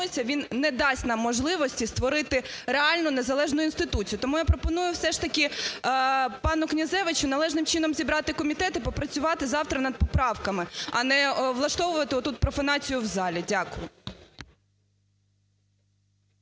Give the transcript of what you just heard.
він не дасть нам можливості створити реальну незалежну інституцію. Тому я пропоную все ж таки пану Князевичу залежним чином зібрати комітет і попрацювати завтра над поправками, а не влаштовувати отут профанацію в залі. Дякую.